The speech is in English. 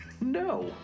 No